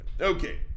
Okay